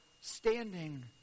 standing